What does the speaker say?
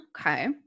okay